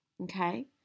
Okay